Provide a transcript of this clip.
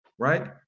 Right